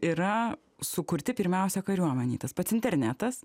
yra sukurti pirmiausia kariuomenėj tas pats internetas